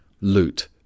loot